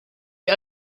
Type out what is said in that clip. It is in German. wir